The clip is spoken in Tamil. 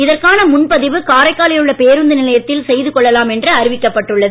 இதற்கான முன்பதிவு காரைக்காலில் உள்ள பேருந்து நிலையத்தில் செய்து கொள்ளலாம் என்று அறிவிக்கப் பட்டுள்ளது